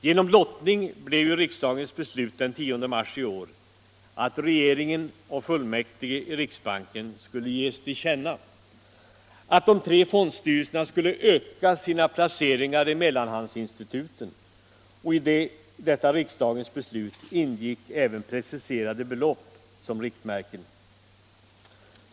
Genom lottning blev ju riksdagens beslut den 10 mars i år att regeringen och fullmäktige i riksbanken skulle ges till känna att de tre fondstyrelserna skulle öka sina placeringar i mellanhandsinstituten, och i detta riksdagens beslut ingick även preciserade belopp som riktmärken.